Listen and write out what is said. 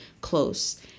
close